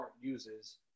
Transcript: uses